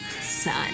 sun